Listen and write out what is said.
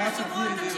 אתה תחזיר לי את זה.